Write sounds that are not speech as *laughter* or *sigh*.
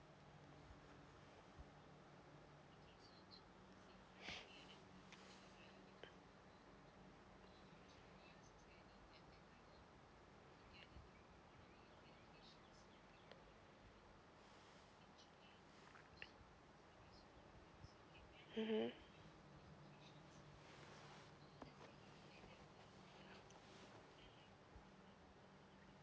*noise* mmhmm